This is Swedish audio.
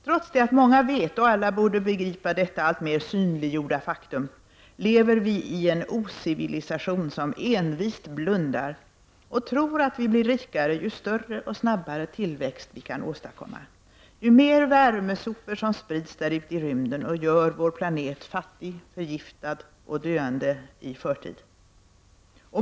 Trots att många vet och alla borde begripa detta alltmer synliggjorda faktum lever vi i en ocivilisation, som envist blundar och tror att vi blir rikare ju större och snabbare tillväxt vi kan åstadkomma, ju mer värmesopor som sprids där ute i rymden och gör vår planet fattig, förgiftad och döende i förtid.